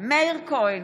מאיר כהן,